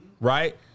right